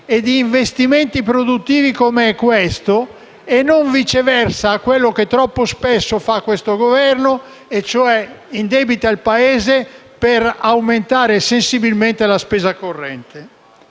e di investimenti produttivi come questo e non, viceversa, a quello che troppo spesso fa questo Governo, indebitando il Paese per aumentare sensibilmente la spesa corrente.